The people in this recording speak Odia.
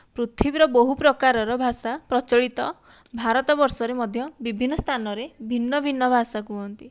ପୃଥିବୀର ବହୁ ପ୍ରକାରର ଭାଷା ପ୍ରଚଳିତ ଭାରତବର୍ଷରେ ମଧ୍ୟ ବିଭିନ୍ନ ସ୍ଥାନରେ ଭିନ୍ନଭିନ୍ନ ଭାଷା କୁହନ୍ତି